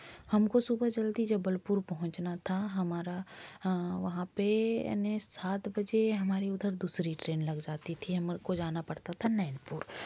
हमको सुबह जल्दी जबलपुर पहुँचना था हमारा वहाँ पर यानि सात बजे हमारी उधर दूसरी ट्रेन लग जाती थी हमको जाना पड़ता था नैनपुर